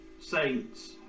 Saints